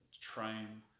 train